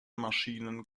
maschinen